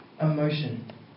emotion